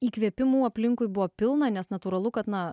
įkvėpimų aplinkui buvo pilna nes natūralu kad na